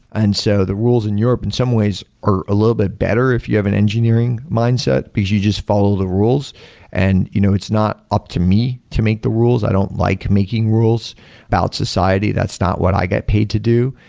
and so the rules in europe in some ways are a little bit better if you have an engineering mindset, because you just follow the rules and you know it's not up to me to make the rules. i don't like making rules about society. that's not what i get paid to do.